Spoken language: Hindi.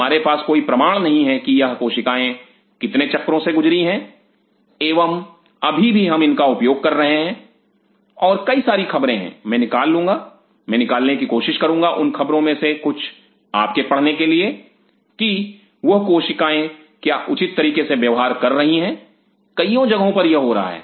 हमारे पास कोई प्रमाण नहीं है की यह कोशिकाएं कितने चक्रों से गुजरी हैं एवं अभी भी हम इनका उपयोग कर रहे हैं और कई सारी खबरें हैं मैं निकाल लूंगा मैं निकालने की कोशिश करूंगा उन खबरों में से कुछ आपके पढ़ने के लिए कि वह कोशिकाएं क्या उचित तरीके से व्यवहार कर रही हैं कईयों जगहों पर यह हो रहा है